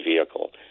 vehicle